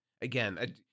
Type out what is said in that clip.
Again